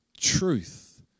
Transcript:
truth